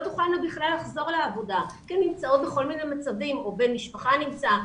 תוכלנה בכלל לחזור לעבודה כי הן נמצאות בכל מיני מצבים או בן משפחה נמצא.